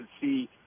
see